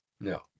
no